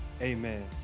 amen